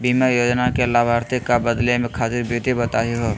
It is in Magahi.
बीमा योजना के लाभार्थी क बदले खातिर विधि बताही हो?